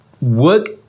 work